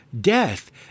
death